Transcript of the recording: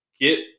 get